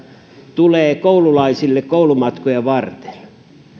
tulee koululaisille koulumatkoja varten